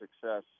success